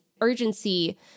urgency